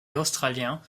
australiens